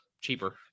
cheaper